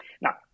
Now